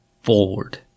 forward